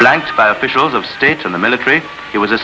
blanks by officials of states in the military he was a